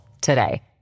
today